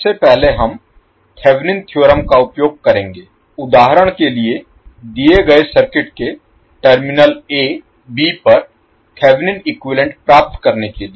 सबसे पहले हम थेवेनिन थ्योरम का उपयोग करेंगे उदाहरण के लिए दिए गए सर्किट के टर्मिनल 'a' 'b' पर थेवेनिन इक्विवैलेन्ट प्राप्त करने के लिए